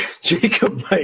jacob